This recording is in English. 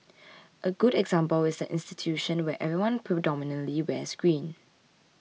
a good example is the institution where everyone predominantly wears green